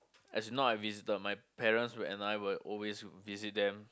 as not I visited my parents and I will always visit them